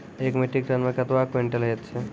एक metric ton मे कतवा क्वींटल हैत छै?